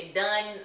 done